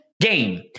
game